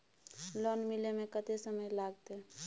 Loan मिले में कत्ते समय लागते?